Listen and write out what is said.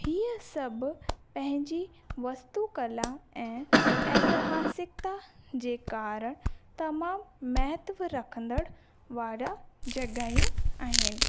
इहे सभु पंहिंजी वस्तुकला ऐं एतिहासिकता जे कारण तमामु महत्वु रखंदड़ वारा जॻहयूं आहिनि